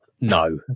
No